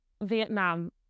Vietnam